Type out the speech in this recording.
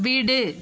வீடு